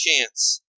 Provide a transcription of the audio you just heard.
chance